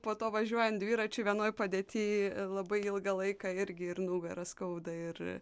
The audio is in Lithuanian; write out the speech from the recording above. po to važiuojant dviračiu vienoj padėty labai ilgą laiką irgi ir nugarą skauda ir